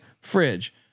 fridge